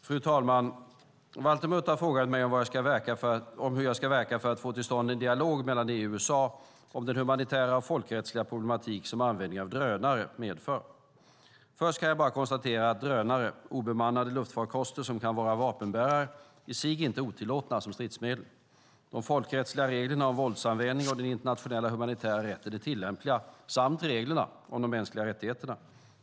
Fru talman! Valter Mutt har frågat mig om hur jag ska verka för att få till stånd en dialog mellan EU och USA om den humanitära och folkrättsliga problematik som användningen av drönare medför. Först kan jag bara konstatera att drönare - obemannade luftfarkoster som kan vara vapenbärare - i sig inte är otillåtna som stridsmedel. De folkrättsliga reglerna om våldsanvändning och den internationella humanitära rätten är tillämpliga samt reglerna om de mänskliga rättigheterna.